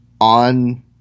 on